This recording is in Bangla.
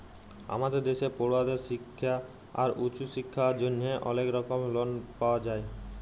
আমাদের দ্যাশে পড়ুয়াদের শিক্খা আর উঁচু শিক্খার জ্যনহে অলেক রকম লন পাওয়া যায়